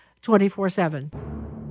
24-7